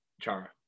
Chara